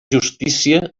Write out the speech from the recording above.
justícia